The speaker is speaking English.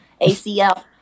ACL